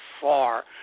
far